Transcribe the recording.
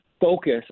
focus